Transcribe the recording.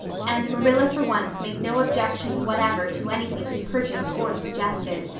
and marilla for once made no objections whatever to anything he purchased or suggested.